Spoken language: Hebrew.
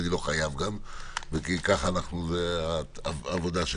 אבל אני אגיד את זה עוד פעם אחת.